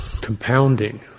compounding